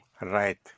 Right